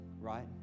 right